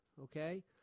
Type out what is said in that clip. okay